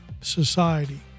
Society